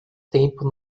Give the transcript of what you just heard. tempo